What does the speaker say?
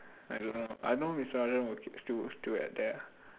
I don't know I know mister aryan will still still work at there ah